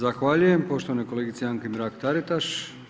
Zahvaljujem poštovanoj kolegici Anki Mrak-Taritaš.